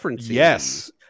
yes